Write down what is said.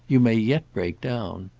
you may yet break down.